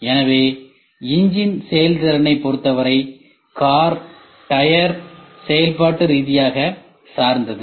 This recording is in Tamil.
எனவே என்ஜின் செயல்திறனைப் பொறுத்தவரை கார் டயர் செயல்பாட்டு ரீதியாக சார்ந்தது